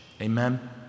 Amen